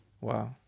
wow